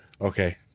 okay